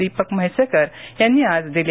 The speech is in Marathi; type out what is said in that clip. दीपक म्हैसेकर यांनी आज दिल्या